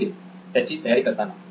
नितीन त्याची तयारी करताना